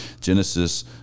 Genesis